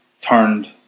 turned